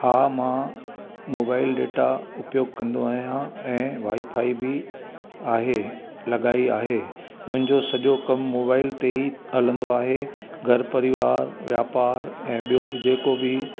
हां मां mobile data उपयोगु कंदो आहियां ऐं वाईफाई बि आहे लॻाई आहे मुंहिंजो सॼो कमु मोबाइल ते ई हलंदो आहे घरु परिवारु वापारु ऐं ॿियो बि जेको बि